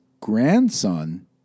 grandson